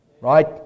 Right